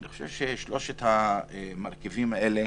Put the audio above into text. אני חושב ששלושת המרכיבים האלה